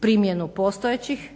primjenu postojećih